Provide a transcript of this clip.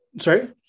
sorry